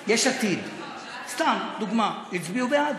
אגב, יש עתיד, סתם, דוגמה, הצביעו בעד.